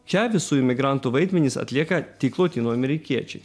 čia visų imigrantų vaidmenis atlieka tik lotynų amerikiečiai